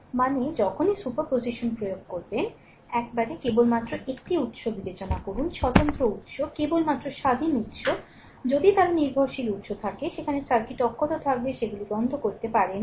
মানে যখনই superposition প্রয়োগ করবেন একবারে কেবলমাত্র একটি উত্স বিবেচনা করুন স্বতন্ত্র উত্স কেবলমাত্র স্বাধীন উত্স যদি তারা নির্ভরশীল উত্স থাকে সেখানে সার্কিট অক্ষত থাকবে সেগুলি বন্ধ করতে পারে না